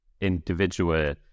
individual